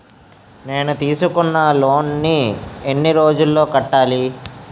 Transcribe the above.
నేను తీసుకున్న లోన్ నీ ఎన్ని రోజుల్లో కట్టాలి?